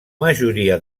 majoria